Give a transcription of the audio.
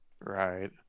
Right